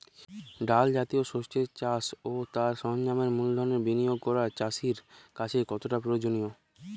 ডাল জাতীয় শস্যের চাষ ও তার সরঞ্জামের মূলধনের বিনিয়োগ করা চাষীর কাছে কতটা প্রয়োজনীয়?